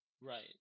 Right